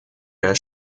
der